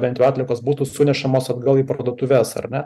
bent jau atliekos būtų sunešamos atgal į parduotuves ar ne